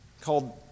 called